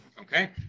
okay